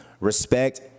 respect